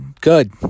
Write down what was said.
good